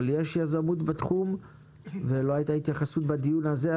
אבל יש יזמות בתחום ולא הייתה לזה התייחסות בדיון הזה.